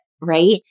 right